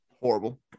horrible